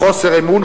חוסר אמון,